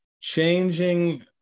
changing